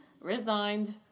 Resigned